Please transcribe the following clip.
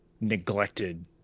neglected